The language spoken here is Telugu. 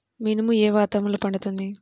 మినుము ఏ వాతావరణంలో పండుతుంది?